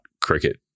Cricket